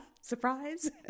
Surprise